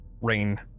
Rain